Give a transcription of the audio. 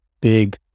big